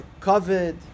COVID